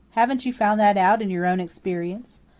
haven't you found that out in your own experience?